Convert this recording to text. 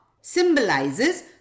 symbolizes